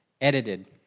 Edited